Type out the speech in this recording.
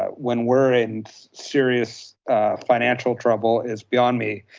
um when we're in serious financial trouble is beyond me.